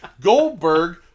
Goldberg